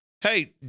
hey